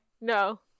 No